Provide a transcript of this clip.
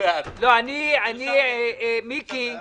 אבל מה אכפת לכם שזה ייכנס?